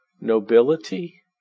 nobility